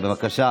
רם בן ברק.